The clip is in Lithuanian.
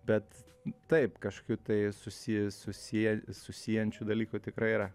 bet taip kažkių tai susi susie susiejančių dalykų tikrai yra